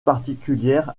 particulière